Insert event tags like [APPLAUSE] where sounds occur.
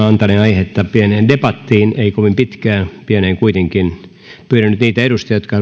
[UNINTELLIGIBLE] antanee aihetta pieneen debattiin ei kovin pitkään pieneen kuitenkin pyydän nyt niitä edustajia jotka [UNINTELLIGIBLE]